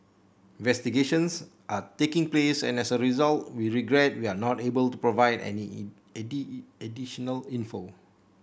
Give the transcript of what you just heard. investigations are taking place and as a result we regret we are not able to provide any additional info